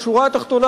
בשורה התחתונה,